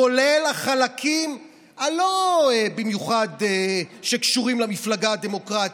כולל החלקים שלא קשורים במיוחד למפלגה הדמוקרטית,